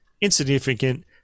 insignificant